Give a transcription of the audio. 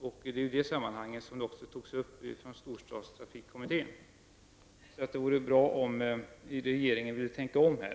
Det är i det sammanhanget som frågan också togs upp av storstadstrafikkommittén. Det vore bra om regeringen ville tänka om här.